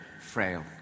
frail